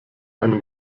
eine